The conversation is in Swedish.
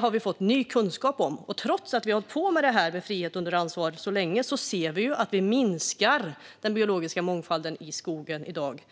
har vi fått ny kunskap om. Trots att vi har hållit på med frihet under ansvar så pass länge ser vi också att vi minskar den biologiska mångfalden i skogen i dag.